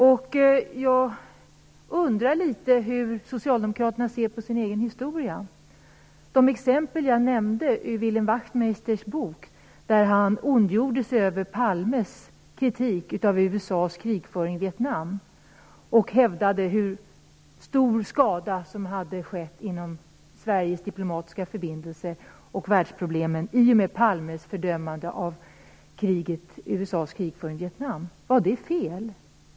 Jag undrar litet grand hur Socialdemokraterna ser på sin egen historia. Jag nämnde några exempel ur Wilhelm Wachtmeisters bok där han ondgjorde sig över Palmes kritik av USA:s krigföring i Vietnam, och hävdade att stor skada hade skett inom Sveriges diplomatiska förbindelser och att världsproblemen ökat i och med detta fördömande. Var det fel?